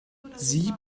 sie